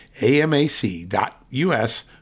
AMAC.US